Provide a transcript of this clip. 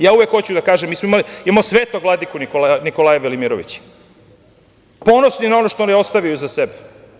Ja uvek hoću da kažem, mi smo imali Svetog Vladiku Nikolaja Velimirovića, ponosni na ono što je ostavio iza sebe.